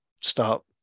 start